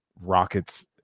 rockets